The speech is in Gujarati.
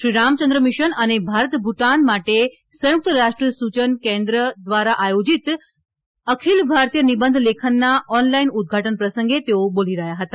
શ્રી રામચંદ્રમિશન અને ભારત ભૂટાન માટે સંયુક્ત રાષ્ટ્ર સૂચના કેન્દ્ર દ્વારા આયોજિત અખિલ ભારતીય નિબંધ લેખનના ઓનલાઇન ઉદ્વાટન પ્રસંગે તેઓ બોલી રહ્યા હતા